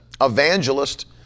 evangelist